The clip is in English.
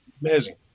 amazing